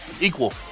equal